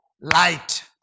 light